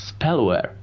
spellware